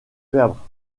perdre